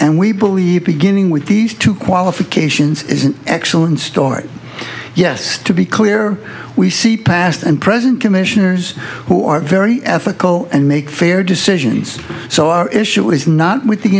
and we believe beginning with these two qualifications is an excellent story yes to be clear we see past and present commissioners who are very ethical and make fair decisions so our issue is not with the